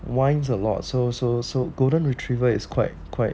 whines a lot so so so golden retriever is quite quite